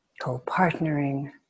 co-partnering